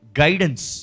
guidance